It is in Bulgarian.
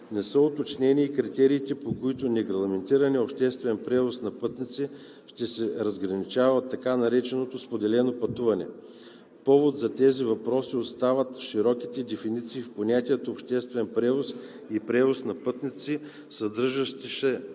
Не са уточнени и критериите, по които нерегламентираният обществен превоз на пътници ще се разграничава от така нареченото споделено пътуване. Повод за тези въпроси стават широките дефиниции на понятията „обществен превоз“ и „превоз на пътници“, съдържащи